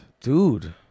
Dude